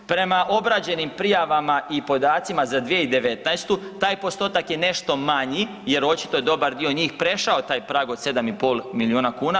Prema obrađenim prijavama i podacima za 2019. taj postotak je nešto manji jer očito je dobar dio njih prešao taj prag od 7,5 milijuna kuna.